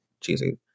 cheesy